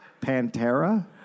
Pantera